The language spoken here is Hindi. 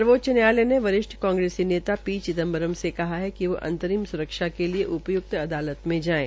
सर्वोच्च न्यायालय ने वरिष्ठ कांग्रेसी नेता पी चिंदबरम से कहा है कि वो अंतरिम स्रक्षा के लिए उपयुकत अदालत में जायें